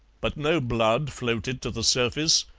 but no blood floated to the surface,